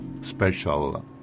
special